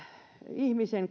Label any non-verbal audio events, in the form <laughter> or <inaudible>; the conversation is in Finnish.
ihmisen <unintelligible>